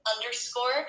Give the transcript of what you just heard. underscore